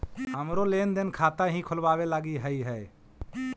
हमरो लेन देन खाता हीं खोलबाबे लागी हई है